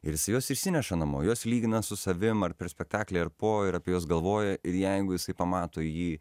ir jis juos išsineša namo juos lygina su savim ar prieš spektaklį ar po ir apie juos galvoja ir jeigu jisai pamato jį